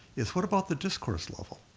is what about the discourse level?